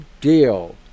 deal